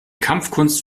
kampfkunst